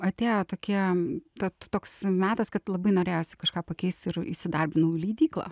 atėjo tokia tat toks metas kad labai norėjosi kažką pakeist ir įsidarbinau į leidyklą